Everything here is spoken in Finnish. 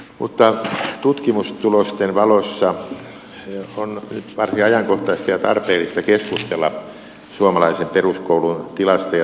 mutta tutkimustulosten valossa on nyt varsin ajankohtaista ja tarpeellista keskustella suomalaisen peruskoulun tilasta ja tulevaisuudesta